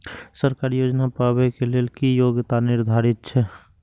सरकारी योजना पाबे के लेल कि योग्यता निर्धारित छै?